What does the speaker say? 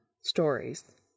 Stories